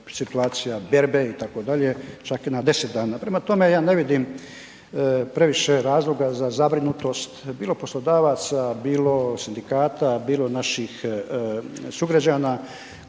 situacija berbe itd., čak i na 10 dana, prema tome ja ne vidim previše razloga za zabrinutost bilo poslodavaca, bilo sindikata, bilo naših sugrađana